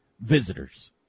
visitors